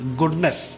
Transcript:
goodness